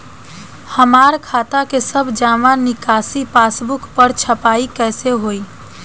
हमार खाता के सब जमा निकासी पासबुक पर छपाई कैसे होई?